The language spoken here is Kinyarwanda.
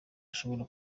ashobora